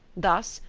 thus,